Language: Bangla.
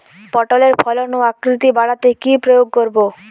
পটলের ফলন ও আকৃতি বাড়াতে কি প্রয়োগ করব?